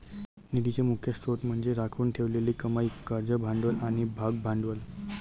निधीचे मुख्य स्त्रोत म्हणजे राखून ठेवलेली कमाई, कर्ज भांडवल आणि भागभांडवल